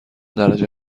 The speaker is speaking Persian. درجه